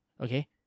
Okay